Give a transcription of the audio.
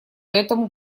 этому